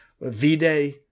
V-Day